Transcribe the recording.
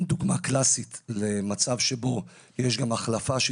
דוגמה קלאסית למצב שבו יש גם החלפה של